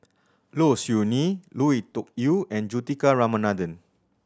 Low Siew Nghee Lui Tuck Yew and Juthika Ramanathan